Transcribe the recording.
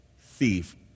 thief